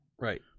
Right